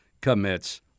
commits